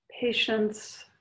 patience